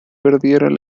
perdieron